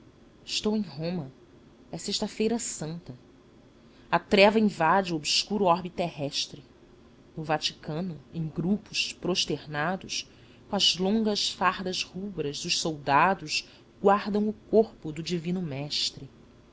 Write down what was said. estou em roma é sexta-feira santa a trava invade o obscuro orbe terrestre no vaticano em grupos prosternados com as longas fardas rubras os soldados buardam o corpo do divino mestre